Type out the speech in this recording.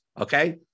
okay